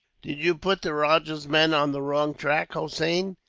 did you put the rajah's men on the wrong track, hossein?